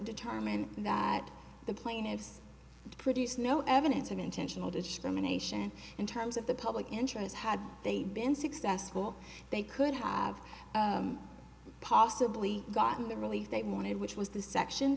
determined that the plaintiffs produce no evidence of intentional discrimination in terms of the public interest had they been successful they could have possibly gotten the relief they wanted which was the section